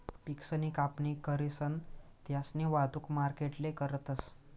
पिकसनी कापणी करीसन त्यास्नी वाहतुक मार्केटले करतस